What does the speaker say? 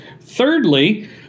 thirdly